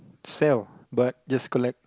sell but just collect